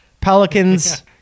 Pelicans